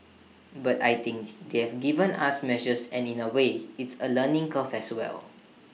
but I think they've given us measures and in A way it's A learning curve as well